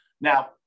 Now